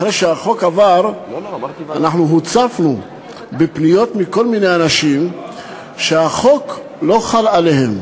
אחרי שהחוק עבר הוצפנו בפניות מכל מיני אנשים שהחוק לא חל עליהם.